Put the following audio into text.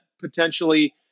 potentially